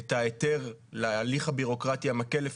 את ההיתר להליך הביורוקרטי המקל,